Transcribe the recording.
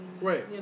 Right